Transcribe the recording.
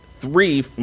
three